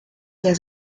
der